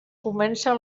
comença